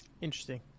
Interesting